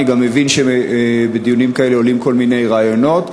אני גם מבין שבדיונים כאלה עולים כל מיני רעיונות.